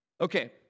Okay